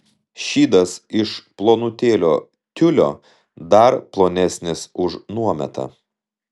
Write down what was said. šydas iš plonutėlio tiulio dar plonesnis už nuometą